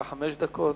לרשותך חמש דקות.